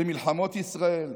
במלחמות ישראל,